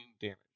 damage